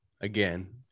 again